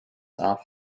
off